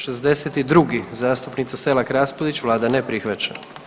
62. zastupnica Selak Raspudić, vlada ne prihvaća.